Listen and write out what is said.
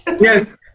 Yes